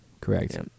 correct